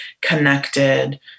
connected